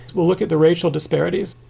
we'll look at the racial disparities.